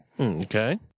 Okay